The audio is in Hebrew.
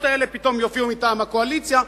האלה פתאום יופיעו מטעם הקואליציה,